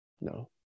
No